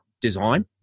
design